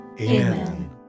Amen